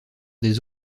des